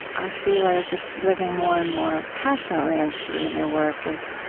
i feel, are just living more and more passionately into, in your work is,